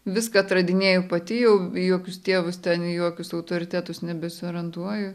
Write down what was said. viską atradinėju pati jau į jokius tėvus ten į jokius autoritetus nebesiorientuoju